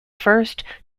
first